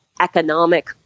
economic